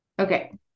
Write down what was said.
Okay